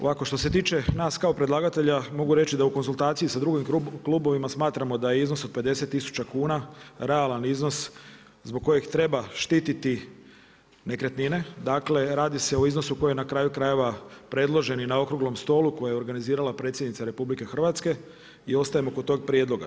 Ovako, što se tiče nas kao predlagatelja, mogu reći da u konzultaciji sa drugim klubovima smatramo da je iznos od 50000 kuna, realan iznos zbog kojeg treba štiti nekretnine, dakle, radi se o iznosu koji je na kraju krajeva predložen i na okruglom stolu, koju je organizirala Predsjednica RH, i ostajemo kod tog prijedloga.